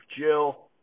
Jill